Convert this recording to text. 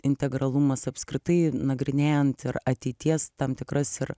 integralumas apskritai nagrinėjant ir ateities tam tikras ir